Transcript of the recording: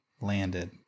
landed